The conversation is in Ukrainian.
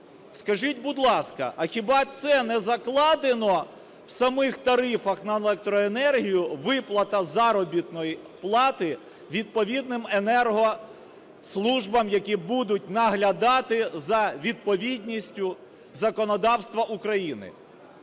Скажіть, будь ласка, а хіба це не закладено в самих тарифах на електроенергію - виплата заробітної плати відповідним енергослужбам, які будуть наглядати за відповідністю законодавства України?